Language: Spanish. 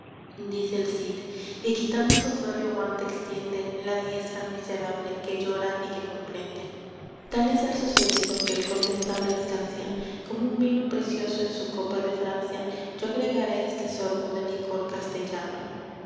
cid y quitando su férreo guante extiende la diestra al miserable que llora y que comprende tal es el sucedido que el condestable escancia como un vino precioso en su copa de francia yo agregaré este sorbo de licor castellano